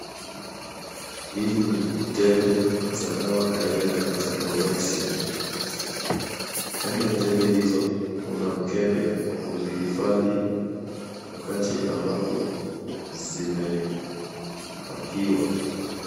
Hizi ni tembe za dawa aina ya astrimizine kando ya tembe hizo kuna mkebe wa kuzihifadhi wakati ambapo zimepakiwa.